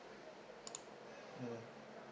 mm